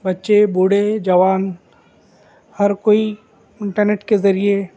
بچے بوڑھے جوان ہر کوئی انٹرنیٹ کے ذریعے